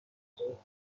خراب